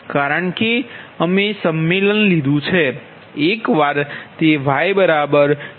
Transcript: કારણ કે અમે સંમેલન લીધું છે એક વાર તે Y G jB